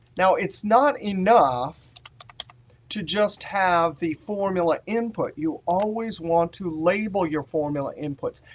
now it's not enough to just have the formula input. you always want to label your formula inputs.